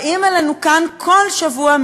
באים אלינו כאן כל שבוע,